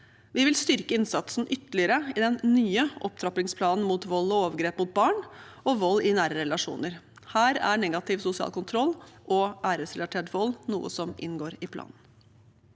Vi vil styrke innsatsen ytterligere i den nye opptrappingsplanen om vold og overgrep mot barn og vold i nære relasjoner. Her er negativ sosial kontroll og æresrelatert vold noe som inngår i planen.